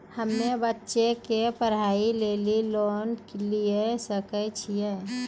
हम्मे बच्चा के पढ़ाई लेली लोन लिये सकय छियै?